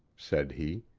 said he.